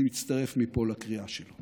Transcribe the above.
אני מצטרף מפה לקריאה שלו.